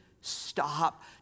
stop